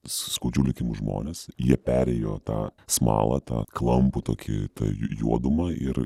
skaudžių likimų žmones jie perėjo tą smalą tą klampų tokį tą juodumą ir